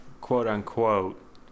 quote-unquote